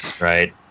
right